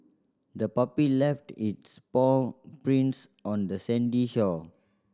the puppy left its paw prints on the sandy shore